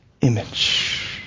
image